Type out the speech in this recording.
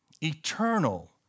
eternal